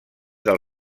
del